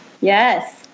Yes